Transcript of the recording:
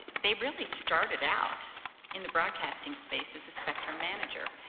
they really started out in the broadcasting space as a spectrum manager,